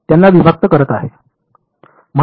त्यांना विभक्त करत आहे